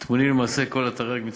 טמונות למעשה כל תרי"ג המצוות.